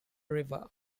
river